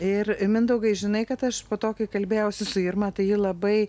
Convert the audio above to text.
ir mindaugai žinai kad aš po to kai kalbėjausi su irma tai ji labai